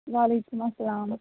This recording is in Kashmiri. وعلیکُم السلام